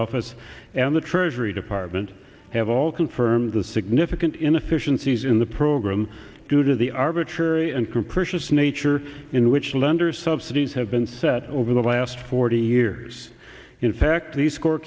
office and the treasury department have all confirmed the significant inefficiencies in the program due to the arbitrary and capricious nature in which lender subsidies have been set over the last forty years in fact the